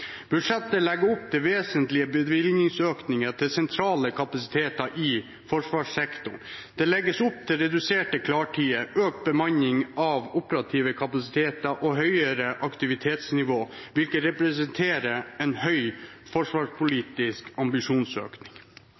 Budsjettet legger opp til vesentlige bevilgningsøkninger til sentrale kapasiteter i forsvarssektoren. Det legges opp til reduserte klartider, økt bemanning av operative kapasiteter og høyere aktivitetsnivå, hvilket representerer en høy forsvarspolitisk